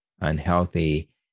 unhealthy